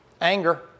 Anger